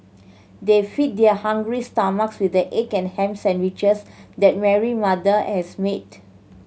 they fed their hungry stomachs with the egg and ham sandwiches that Mary mother has made